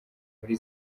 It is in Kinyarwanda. muri